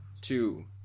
two